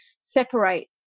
separate